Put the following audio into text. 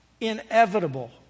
inevitable